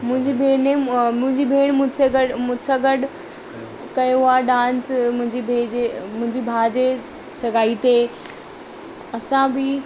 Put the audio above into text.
मुंहिंजी भेण ने मुंहिंजी भेण मूंसां गॾु मूं सां गॾु कयो आहे डांस मुंहिंजी भाउ जे मुंहिंजे भाउ जे सगाई ते असां बि